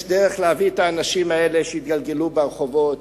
יש דרך להביא את האנשים האלה שיתגלגלו ברחובות,